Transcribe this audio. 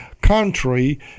country